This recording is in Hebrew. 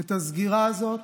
את הסגירה הזאת